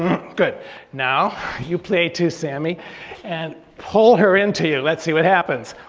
good now you plier too sammy and pull her into you. lets see what happens.